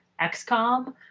XCOM